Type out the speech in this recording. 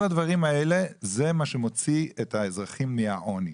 כל הדברים האלה זה מה שמוציא את האזרחים מהעוני.